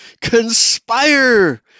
conspire